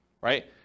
right